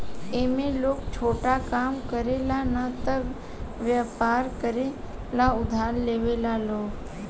ए में लोग छोटा काम करे ला न त वयपर करे ला उधार लेवेला लोग